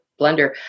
blender